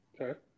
Okay